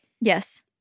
yes